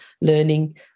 learning